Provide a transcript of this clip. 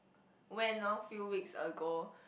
when orh few weeks ago